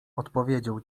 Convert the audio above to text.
odpowiedział